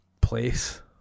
place